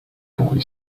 boy